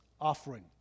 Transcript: offering